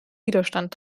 widerstand